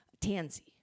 tansy